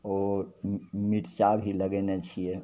ओ मिरचा भी लगेने छिए